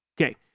Okay